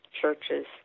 churches